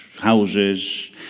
houses